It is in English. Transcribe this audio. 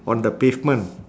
on the pavement